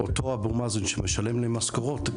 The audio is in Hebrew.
אותו אבו מאזן שמשלם להם משכורות,